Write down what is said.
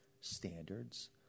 standards